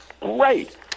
Great